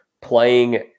playing